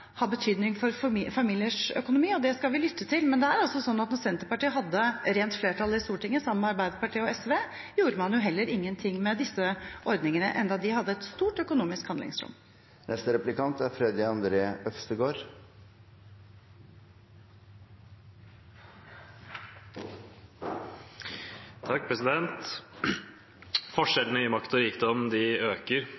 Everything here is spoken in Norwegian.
betydning for familiers økonomi, og det skal vi lytte til. Men det er også slik at da Senterpartiet hadde rent flertall i Stortinget sammen med Arbeiderpartiet og SV, gjorde man ingenting med disse ordningene, enda de hadde et stort økonomisk